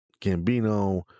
Gambino